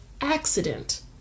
accident